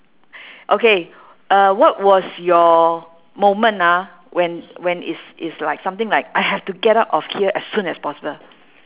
okay uh what was your moment ah when when it's it's like something like I have to get out of here as soon as possible